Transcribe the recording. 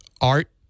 art